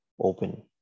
open